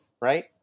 right